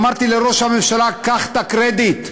אמרתי לראש הממשלה: קח את הקרדיט,